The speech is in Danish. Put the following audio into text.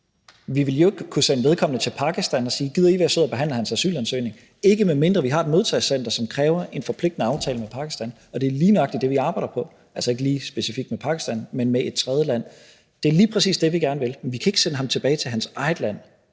Vi ville jo ikke kunne sende vedkommende til Pakistan og sige: Gider I være søde at behandle hans asylansøgning? Det ville vi ikke kunne, medmindre vi har et modtagecenter, som kræver en forpligtende aftale med Pakistan. Og det er lige nøjagtig det, vi arbejder på – altså ikke lige specifikt med Pakistan, men med et tredjeland. Det er lige præcis det, vi gerne vil, men vi kan ikke sende ham tilbage til hans eget land,